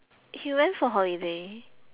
he went for holiday